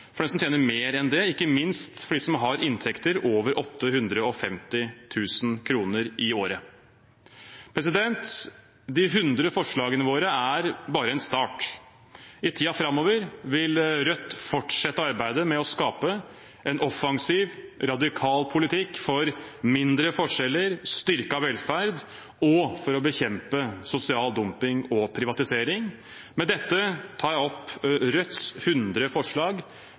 for dem som tjener mer enn det, ikke minst for dem som har inntekter over 850 000 kr i året. De hundre forslagene våre er bare en start. I tiden framover vil Rødt fortsette arbeidet med å skape en offensiv, radikal politikk for mindre forskjeller, styrket velferd og å bekjempe sosial dumping og privatisering. Med dette tar jeg opp Rødts hundre forslag